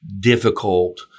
difficult